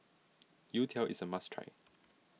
Youtiao is a must try